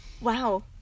Wow